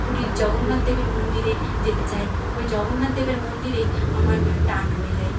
পুরীর জগন্নাথদেবের মন্দিরে যেতে চাই ওই জগন্নাতদেবের মন্দিরেই আমার টান রয়ে যায়